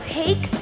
take